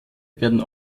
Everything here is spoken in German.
werden